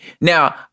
Now